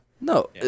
No